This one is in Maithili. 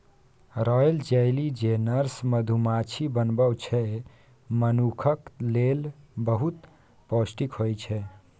रॉयल जैली जे नर्स मधुमाछी बनबै छै मनुखक लेल बहुत पौष्टिक होइ छै